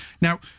Now